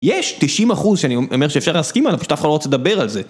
יש 90% שאני אומר שאפשר להסכים עליו, פשוט אף אחד לא רוצה לדבר על זה.